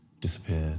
disappeared